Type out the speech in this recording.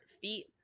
feet